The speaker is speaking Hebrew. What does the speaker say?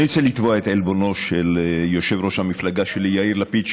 אני רוצה לתבוע את עלבונו של יושב-ראש המפלגה שלי יאיר לפיד,